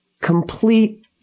Complete